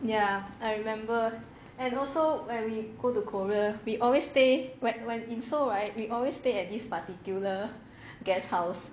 ya I remember and also when we go to korea we always stay and when in seoul right we always stay at this particular guesthouse